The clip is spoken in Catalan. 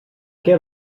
què